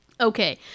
Okay